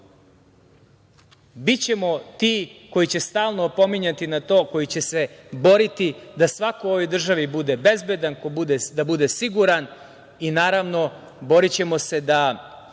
bićemo ti koji će stalno opominjati na to, koji će se boriti da svako u ovoj državi bude bezbedan, da bude siguran i, naravno, borićemo se da